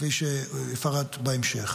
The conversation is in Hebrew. כפי שפירט בהמשך.